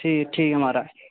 ठीक ठीक ऐ माराज